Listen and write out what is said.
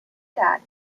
that